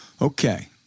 Okay